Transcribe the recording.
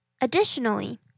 Additionally